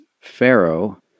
Pharaoh